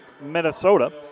Minnesota